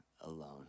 alone